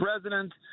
president